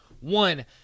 One